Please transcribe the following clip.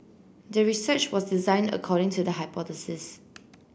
the research was designed according to the hypothesis